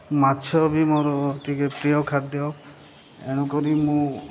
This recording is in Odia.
ମାଛ ବି ମୋର ଟିକିଏ ପ୍ରିୟ ଖାଦ୍ୟ ଏଣୁକରି ମୁଁ